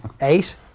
Eight